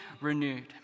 renewed